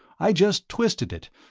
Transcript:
i just twisted it.